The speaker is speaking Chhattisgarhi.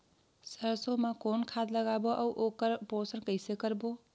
सरसो मा कौन खाद लगाबो अउ ओकर पोषण कइसे करबो?